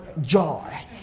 Joy